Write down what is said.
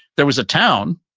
there was a town,